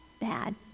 bad